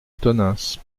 tonneins